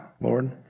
Lord